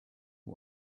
who